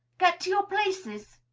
get to your places!